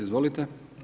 Izvolite.